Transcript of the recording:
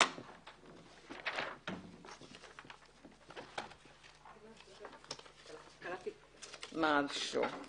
הישיבה ננעלה בשעה 10:44.